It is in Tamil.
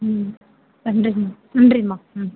ம் நன்றிங்க நன்றி மா ம்